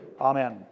Amen